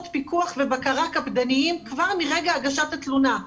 פיקוח ובקרה קפדניים כבר מרגע הגשת התלונה,